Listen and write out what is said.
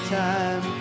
time